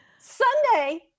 Sunday